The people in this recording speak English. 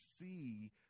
see